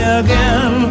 again